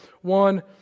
one